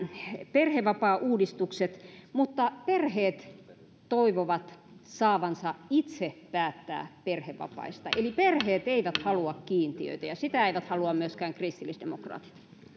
perhevapaauudistukset mutta perheet toivovat saavansa itse päättää perhevapaista eli perheet eivät halua kiintiöitä ja niitä eivät halua myöskään kristillisdemokraatit